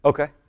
Okay